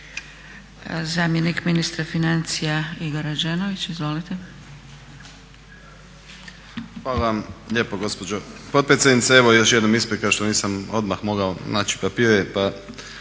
Zamjenik ministra financija, Igor Rađenović. Izvolite. **Rađenović, Igor (SDP)** Hvala vam lijepo gospođo potpredsjednice. Evo još jednom isprika što nisam odmah mogao naći papire pa